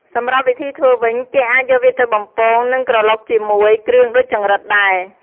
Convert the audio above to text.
សម្រាប់វិធីធ្វើវិញ គេអាចយកវាទៅបំពង និងក្រឡុកជាមួយគ្រឿងដូចចង្រិតដែរ។